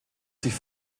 sich